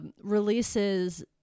releases